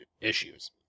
issues